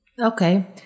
Okay